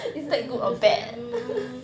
just like mmhmm